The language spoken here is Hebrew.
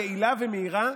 יעילה ומהירה,